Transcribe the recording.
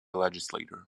legislator